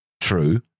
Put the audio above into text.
True